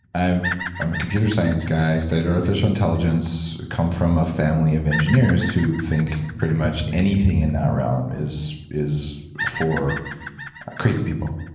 i'm a computer science guy, studied artificial intelligence, come from a family of engineers who think pretty much anything in that realm is is for crazy people.